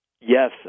Yes